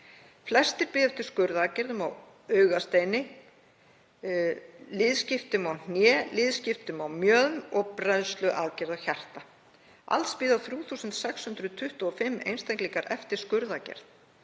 Flestir bíða eftir skurðaðgerðum á augasteini, liðskiptum á hné, liðskiptum á mjöðm og brennsluaðgerð á hjarta. Alls bíða 3.625 einstaklingar eftir skurðaðgerð